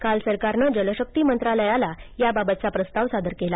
काल सरकारनं जलशक्ती मंत्रालयाला याबाबतचा प्रस्ताव सादर केला